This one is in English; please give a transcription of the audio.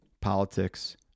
politics